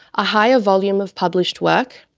a higher volume of published work,